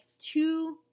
two